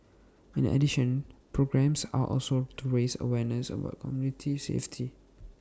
in addition programmes are also to raise awareness about commuter safety